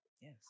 Yes